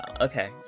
Okay